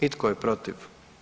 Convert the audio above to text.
I tko je protiv?